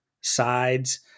sides